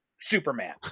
Superman